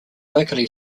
vocally